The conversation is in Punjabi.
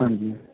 ਹਾਂਜੀ